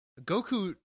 Goku